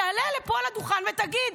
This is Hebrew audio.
תעלה לפה לדוכן ותגיד: